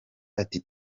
ati